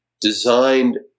designed